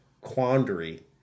quandary